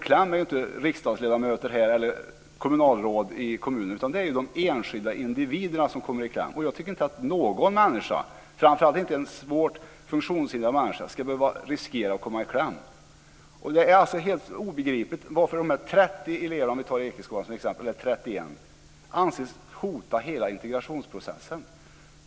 Det är inte riksdagsledamöter eller kommunalråd som kommer i kläm, utan det är de enskilda individerna. Jag tycker inte att någon människa - framför allt inte en svårt funktionshindrad människa - ska behöva att riskera att komma i kläm. Om vi tar Ekeskolan som exempel är det för mig helt obegripligt att 31 elever anses hota hela integrationsprocessen.